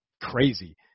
crazy